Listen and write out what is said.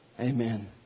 amen